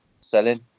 selling